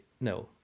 no